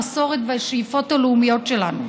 המסורת והשאיפות הלאומיות שלנו.